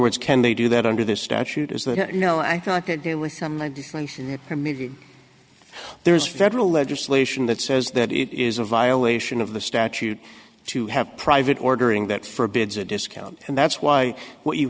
words can they do that under this statute is that you know there is federal legislation that says that it is a violation of the statute to have private ordering that forbids a discount and that's why what you